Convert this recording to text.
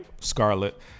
scarlet